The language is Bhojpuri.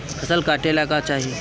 फसल काटेला का चाही?